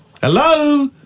Hello